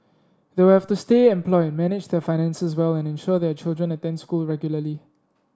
they will have to stay employed manage their finances well and ensure their children attend school regularly